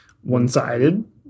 one-sided